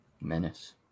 Menace